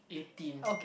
eighteen